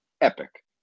epic